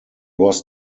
was